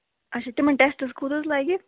اَچھا تِمن ٹٮ۪سٹس کوٗت حظ لَگہِ